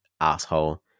asshole